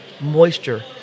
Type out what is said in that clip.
Moisture